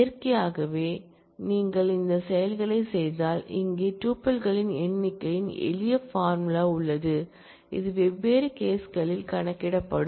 இயற்கையாகவே நீங்கள் இந்தச் செயல்களைச் செய்தால் இங்கே டுபில்களின் எண்ணிக்கையின் எளிய பார்முலா உள்ளது இது வெவ்வேறு கேஸ்களில் கணக்கிடப்படும்